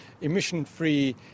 emission-free